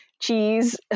cheese